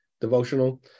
devotional